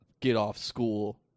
get-off-school